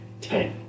ten